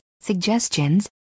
suggestions